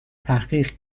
تحقیق